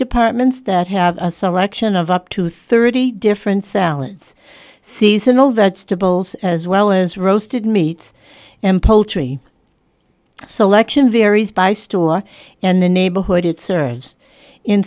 departments that have a selection of up to thirty different salads seasonal vegetables as well as roasted meats and poultry so lection varies by store and the neighborhood it serves in